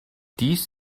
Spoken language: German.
dies